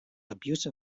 abuse